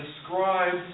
describes